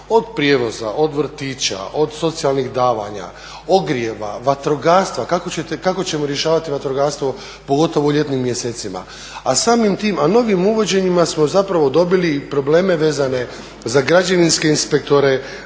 Od prijevoza, od vrtića, od socijalnih davanja, ogrjeva, vatrogastva, kako ćemo rješavati vatrogastvo, pogotovo u ljetnim mjesecima, a novim uvođenjima smo zapravo dobili probleme vezane za građevinske inspektore,